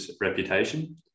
reputation